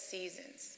Seasons